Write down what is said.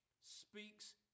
speaks